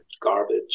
garbage